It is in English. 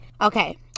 Okay